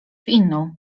inną